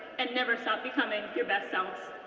and never stop becoming your best selves.